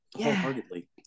wholeheartedly